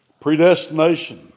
predestination